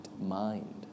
mind